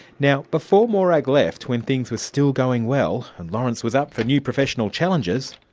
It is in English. now before morag left, when things were still going well and lawrence was up for new professional challenges,